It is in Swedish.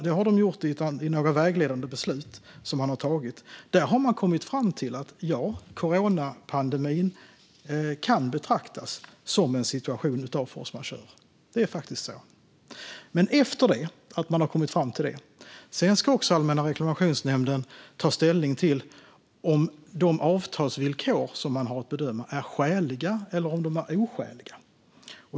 Det har de gjort i några vägledande beslut, och där har de kommit fram till att coronapandemin kan betraktas som force majeure. Det är faktiskt så. Efter att Allmänna reklamationsnämnden har kommit fram till detta ska de dock ta ställning till om de avtalsvillkor som de har att bedöma är skäliga eller oskäliga.